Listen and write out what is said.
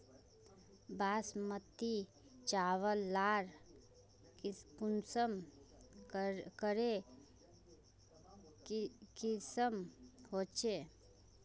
बासमती चावल लार कुंसम करे किसम होचए?